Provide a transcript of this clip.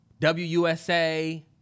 WUSA